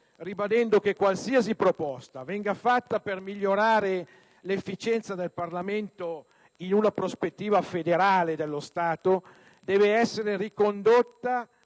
ribadendo che qualsiasi proposta venga avanzata per migliorare l'efficienza del Parlamento in una prospettiva federale dello Stato deve essere ricondotta